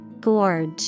Gorge